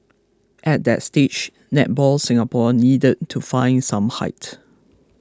at that stage Netball Singapore needed to find some height